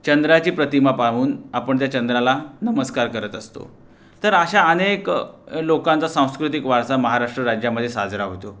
चंद्राची प्रतिमा पाहून आपण त्या चंद्राला नमस्कार करत असतो तर अशा अनेक लोकांचा सांस्कृतिक वारसा महाराष्ट्र राज्यामध्ये साजरा होतो